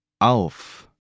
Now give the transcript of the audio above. auf